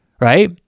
right